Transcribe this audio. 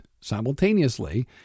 simultaneously